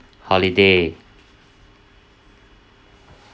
holiday